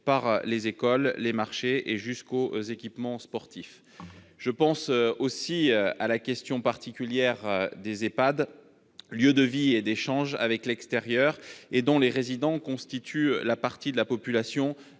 par les écoles, les marchés, jusqu'aux équipements sportifs. Je pense aussi à la question particulière des Ehpad, lieux de vie et d'échanges avec l'extérieur, dont les résidents constituent la partie de la population